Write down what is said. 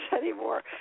anymore